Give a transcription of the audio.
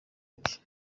ati